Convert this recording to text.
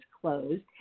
closed